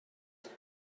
ddau